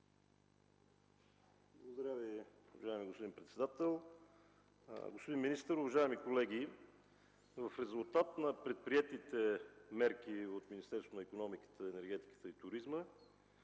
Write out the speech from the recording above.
Благодаря Ви, уважаеми господин председател. Господин министър, уважаеми колеги! В резултат на предприетите мерки от Министерството на икономиката, енергетиката и туризма,